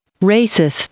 Racist